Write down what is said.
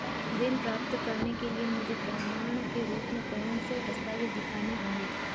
ऋण प्राप्त करने के लिए मुझे प्रमाण के रूप में कौन से दस्तावेज़ दिखाने होंगे?